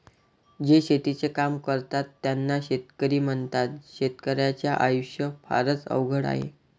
जे शेतीचे काम करतात त्यांना शेतकरी म्हणतात, शेतकर्याच्या आयुष्य फारच अवघड आहे